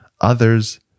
Others